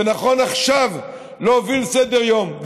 זה נכון עכשיו להוביל סדר-יום,